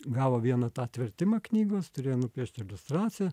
gavo vieną tą atvertimą knygos turėjo nupiešti iliustraciją